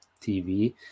tv